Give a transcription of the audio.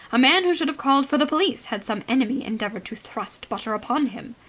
a man who should have called for the police had some enemy endeavoured to thrust butter upon him.